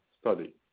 study